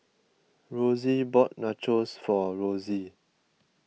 Rosy bought Nachos for Rosy